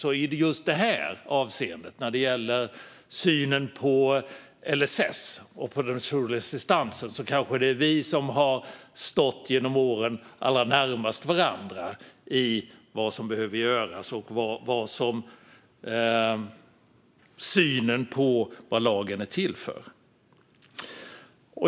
Men det är intressant att vi just när det gäller LSS och den personliga assistansen kanske är de partier som genom åren har stått allra närmast varandra i synen på vad som behöver göras och vad lagen ska vara till för.